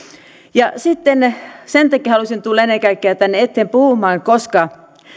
sen takia halusin tulla ennen kaikkea tänne eteen puhumaan koska